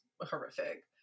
horrific